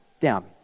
down